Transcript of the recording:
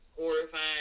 horrifying